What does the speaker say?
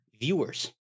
viewers